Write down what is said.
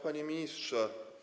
Panie Ministrze!